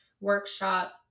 Workshop